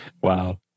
Wow